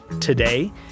today